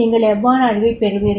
நீங்கள் எவ்வாறு அறிவைப் பெறுவீர்கள்